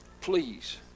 please